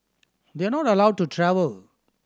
they are not allowed to travel